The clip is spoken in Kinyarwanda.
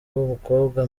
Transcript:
w’umukobwa